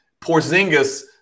Porzingis